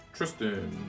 Tristan